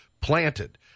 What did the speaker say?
planted